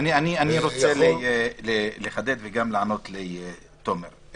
אני רוצה לחדד וגם לענות לתומר: